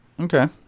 Okay